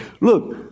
look